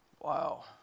Wow